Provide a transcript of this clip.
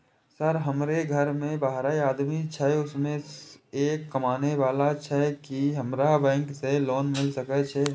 Sir हमरो घर में बारह आदमी छे उसमें एक कमाने वाला छे की हमरा बैंक से लोन मिल सके छे?